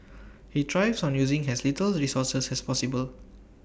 he thrives on using as little resources as possible